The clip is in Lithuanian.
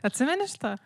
atsimeni šitą